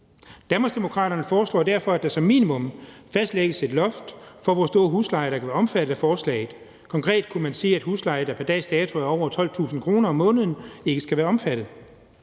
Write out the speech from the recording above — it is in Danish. Danmarksdemokraterne foreslår derfor, at der som minimum fastlægges et loft for, hvor stor en husleje der kan være omfattet af forslaget. Konkret kunne man sige, at en husleje, der pr. dags dato er over 12.000 kr. om måneden, ikke skal være omfattet.